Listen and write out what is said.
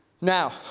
Now